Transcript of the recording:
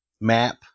map